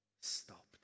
stopped